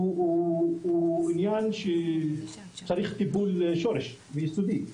הוא ענין שצריך טיפול שורש יסודי.